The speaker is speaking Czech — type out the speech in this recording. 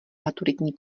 maturitní